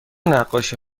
نقاشی